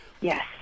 Yes